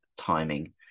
timing